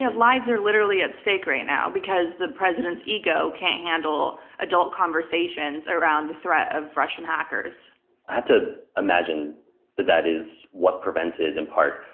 ah lives are literally at stake right now because the president's ego can't handle adult conversations around the threat of russian hackers. i have to imagine that that is what prevented, in part,